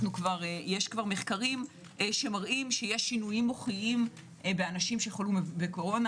יש מחקרים שמראים שיש שינויים מוחיים באנשים שחולים בקורונה,